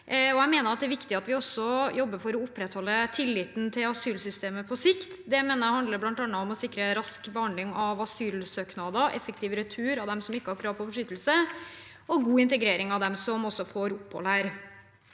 Jeg mener det er viktig at vi også jobber for å opprettholde tilliten til asylsystemet på sikt. Det mener jeg handler om bl.a. å sikre rask behandling av asylsøknader, effektiv retur av dem som ikke har krav på beskyttelse, og god integrering av dem som får opphold her.